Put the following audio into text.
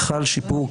חל שיפור,